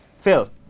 Phil